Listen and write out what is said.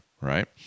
right